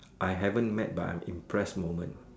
I haven't mad but I'm impress moment